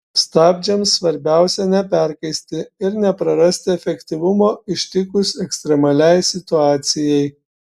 stabdžiams svarbiausia neperkaisti ir neprarasti efektyvumo ištikus ekstremaliai situacijai